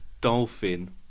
dolphin